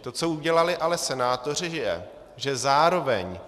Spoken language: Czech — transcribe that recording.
To, co ale udělali senátoři, je, že zároveň